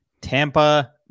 Tampa